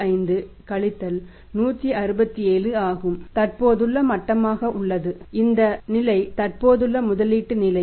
45 கழித்தல் 167 ஆகும் இது தற்போதுள்ள மட்டமாக உள்ளது இந்த நிலை தற்போதுள்ள முதலீட்டு நிலை